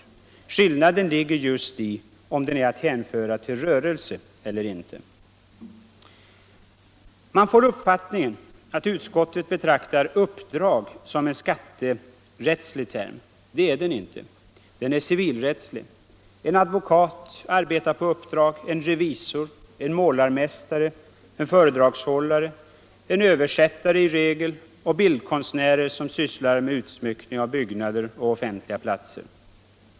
Skillnaden ligger just i om den är att hänföra till rörelse eller inte. Man får uppfattningen att utskottet betraktar ”uppdrag” som en skatterättslig term. Det är den inte. Den är civilrättslig. En advokat arbetar på uppdrag, en revisor, en målarmästare, en föredragshållare, en översättare i regel och en bildkonstnär som sysslar med utsmyckning av byggnader och offentliga platser.